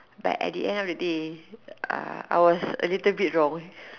but at the end of the day I was a little bit wrong